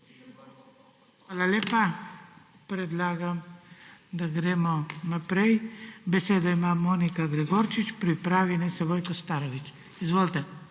Hvala lepa. Predlagam, da gremo naprej. Besedo ima Monika Gregorčič, pripravi naj se Vojko Starović. Izvolite.